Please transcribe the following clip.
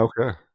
Okay